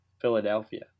Philadelphia